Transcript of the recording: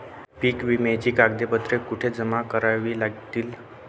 पीक विम्याची कागदपत्रे कुठे जमा करावी लागतील?